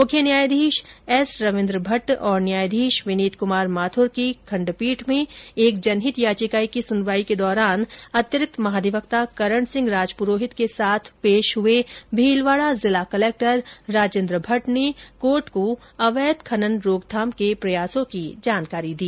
मुख्य न्यायाधीश एस रविंद्र भट्ट और न्यायाधीश विनितक्मार माथ्र की खंडपीठ में एक जनहित याचिका की सुनवाई के दौरान अतिरिक्त महाधिवक्ता करणसिंह राजपुरोहित के साथ पेश भीलवाड़ा जिला कलक्टर राजेन्द्र भट्ट ने कोर्ट को अवैध खनन रोकथाम के प्रयासों की जानकारी दी